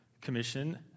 commission